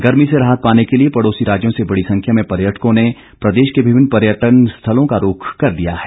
गर्मी से राहत पाने के लिए पड़ोसी राज्यों से बड़ी संख्या में पर्यटकों ने प्रदेश के विभिन्न पर्यटन स्थलों का रूख कर लिया है